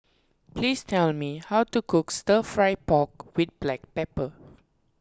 please tell me how to cook Stir Fry Pork with Black Pepper